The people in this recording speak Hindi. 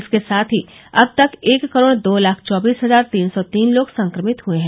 इसके साथ ही अब तक एक करोड दो लाख चौबीस हजार तीन सौ तीन लोग संक्रमित हुए हैं